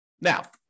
Now